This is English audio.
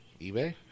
ebay